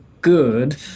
good